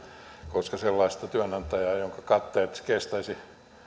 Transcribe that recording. koska sellaista työnantajaa jonka katteet kestäisivät